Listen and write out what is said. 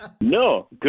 no